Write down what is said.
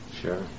Sure